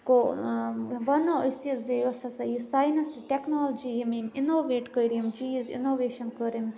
گوٚو وَنَو أسۍ یہِ زِ یۄس ہَسا یہِ ساینَس یہِ ٹیکنالجی یِم یِم اِنوویٹ کٔرۍ یِم چیٖز اِنوویشَن کٔرۍ أمۍ